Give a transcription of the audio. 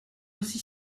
aussi